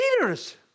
leaders